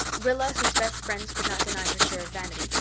rilla, whose best friends could not deny her share of vanity,